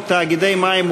טרומית,